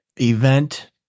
event